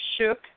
shook